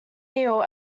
eel